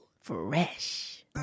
Fresh